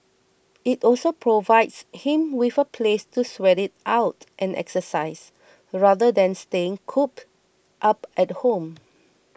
it also provides him with a place to sweat it out and exercise rather than staying cooped up at home